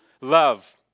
love